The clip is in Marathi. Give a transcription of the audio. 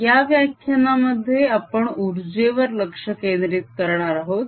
या व्याख्यानामध्ये आपण उर्जेवर लक्ष केंद्रित करणार आहोत